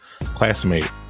classmate